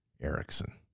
Erickson